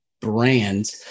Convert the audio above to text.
brand